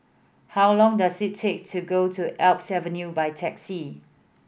how long does it take to go to Alps Avenue by taxi